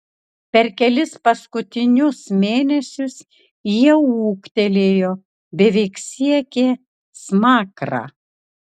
per kelis paskutinius mėnesius jie ūgtelėjo beveik siekė smakrą